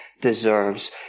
deserves